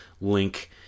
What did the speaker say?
link